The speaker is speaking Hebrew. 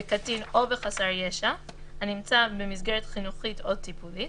בקטין או בחסר ישע הנמצא במסגרת חינוכית או טיפולית,